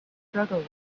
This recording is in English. struggle